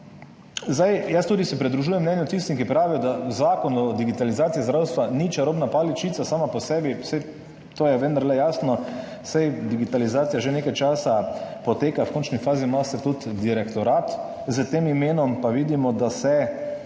Zdaj, jaz tudi se pridružujem mnenju tistim, ki pravijo, da Zakon o digitalizaciji zdravstva ni čarobna paličica sama po sebi, saj to je vendarle jasno, saj digitalizacija že nekaj časa poteka, v končni fazi imate tudi direktorat s tem imenom, pa vidimo, da se,